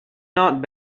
not